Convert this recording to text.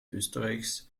österreichs